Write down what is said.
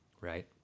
Right